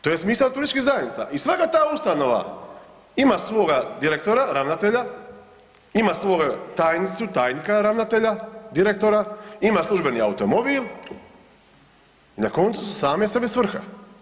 To je smisao turističkih zajednica i svaka ta ustanova ima svoga direktora, ravnatelja, ima svoga tajnicu, tajnika ravnatelja, direktora, ima službeni automobil, i na koncu su same sebi svrha.